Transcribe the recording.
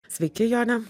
sveiki jone